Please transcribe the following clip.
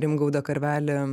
rimgaudą karvelį